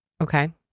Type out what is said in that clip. okay